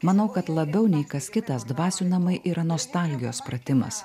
manau kad labiau nei kas kitas dvasių namai yra nostalgijos pratimas